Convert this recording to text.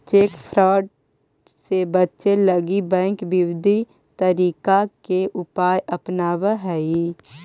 cheque fraud से बचे लगी बैंक विविध तरीका के उपाय अपनावऽ हइ